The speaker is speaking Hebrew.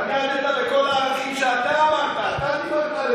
יועז הנדל,